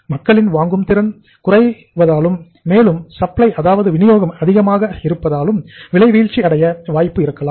மக்களின் வாங்கும் திறன் குறைவதாலும் மேலும் சப்ளை அதாவது வினியோகம்அதிகமாக இருப்பதாலும் விலை வீழ்ச்சி அடைய வாய்ப்பு இருக்கலாம்